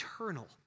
eternal